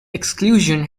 exclusion